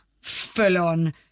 full-on